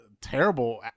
terrible